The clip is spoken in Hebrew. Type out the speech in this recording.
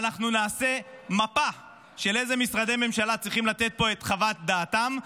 ואנחנו נעשה מפה של איזה משרדי ממשלה צריכים לתת פה את חוות דעתם,